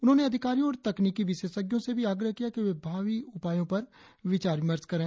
उन्होंने अधिकारियों और तकनीकी विशेषजों से भी आग्रह किया कि वे भावी उपायों पर विचार विमर्श करें